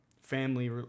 family